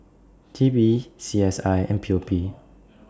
T P C S I and P O P